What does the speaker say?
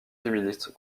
féministes